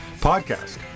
podcast